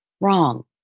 Wrong